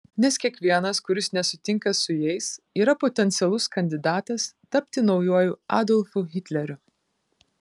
nes kiekvienas kuris nesutinka su jais yra potencialus kandidatas tapti naujuoju adolfu hitleriu